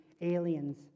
aliens